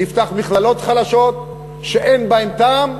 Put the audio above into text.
תפתח מכללות חלשות שאין בהן טעם.